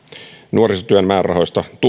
nuorisotyön määrärahoista